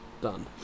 Done